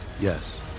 Yes